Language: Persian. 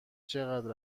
چقدر